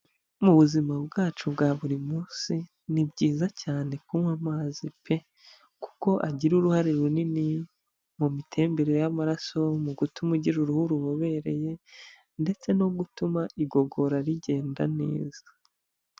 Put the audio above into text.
Mu buzima bwacu bwa buri munsi, ni byiza cyane kunywa amazi pe! Kuko agira uruhare runini mu mitembere y'amaraso, mu gutuma ugira uruhu rubobereye ndetse no gutuma igogora rigenda neza.